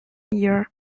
year